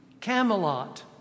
Camelot